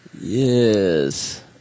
Yes